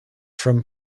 from